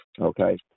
Okay